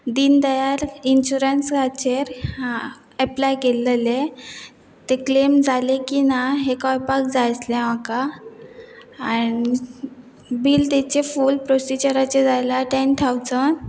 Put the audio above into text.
दिनदयाळ इन्शुरंसाचेर एप्लाय केल्लेले ते क्लेम जाले की ना हें कळपाक जाय आसलें म्हाका आनी बील तेचे फूल प्रोसिजराचें जाल्या टॅन थावज